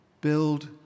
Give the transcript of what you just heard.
build